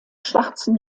schwarzem